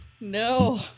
no